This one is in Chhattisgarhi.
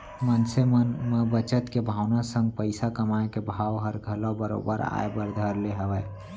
मनसे मन म बचत के भावना संग पइसा कमाए के भाव हर घलौ बरोबर आय बर धर ले हवय